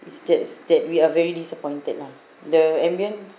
just that we are very disappointed lah the ambience